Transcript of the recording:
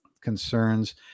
concerns